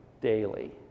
daily